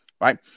Right